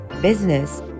business